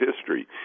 history